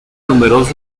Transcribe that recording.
números